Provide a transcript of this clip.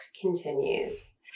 continues